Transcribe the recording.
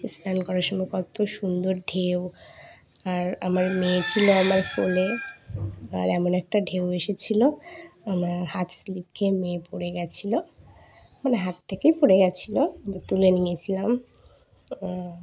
স্নান করার সময় কত সুন্দর ঢেউ আর আমার মেয়ে ছিল আমার ফোনে আর এমন একটা ঢেউ এসেছিলো আমরা হাত স্লিপ খেয়ে মেয়ে পড়ে গিয়েছিলো মানে হাত থেকেই পড়ে গিয়েছিলাম তুলে নিয়েছিলাম